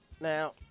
Now